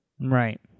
right